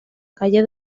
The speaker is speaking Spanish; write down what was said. calle